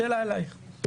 שאלה אלייך.